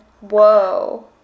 whoa